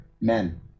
men